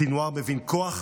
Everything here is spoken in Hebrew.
סנוואר מבין כוח,